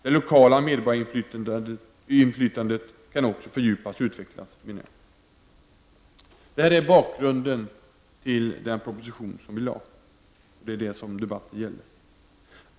Det lokala medborgarinflytandet kan också fördjupas och utvecklas, menar jag. Det här är bakgrunden till den proposition som vi har lagt fram, och det är detta som debatten gäller.